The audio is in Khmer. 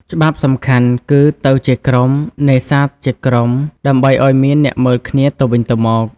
ច្បាប់សំខាន់ គឺ "ទៅជាក្រុម នេសាទជាក្រុម" ដើម្បីឱ្យមានអ្នកមើលគ្នាទៅវិញទៅមក។